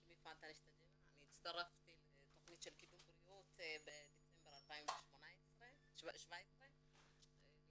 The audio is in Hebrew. אני הצטרפתי לתכנית קידום בריאות בדצמבר 2017. אני